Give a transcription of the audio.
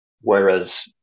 whereas